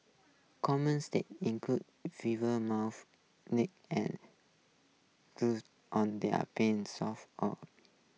common state include fever mouth and on thier palms soles or